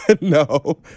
No